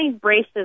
braces